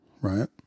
right